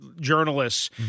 journalists